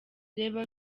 reba